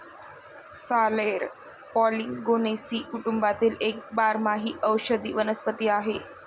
sorrel Polygonaceae कुटुंबातील एक बारमाही औषधी वनस्पती आहे